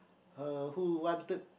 her who wanted